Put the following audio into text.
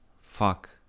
fuck